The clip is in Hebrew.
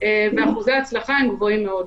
ואחוזי ההצלחה גבוהים מאוד.